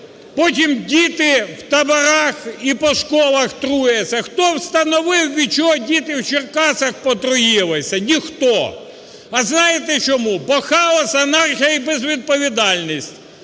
потім діти в таборах і по школах труяться. Хто встановив від чого діти в Черкасах потруїлися? Ніхто. А знаєте чому? Бо хаос, анархія і безвідповідальність.